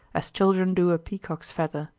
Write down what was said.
as children do a peacock's feather.